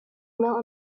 mill